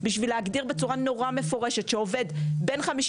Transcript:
בשביל להגדיר בצורה מפורשת שעובד שנמצא פה בין 51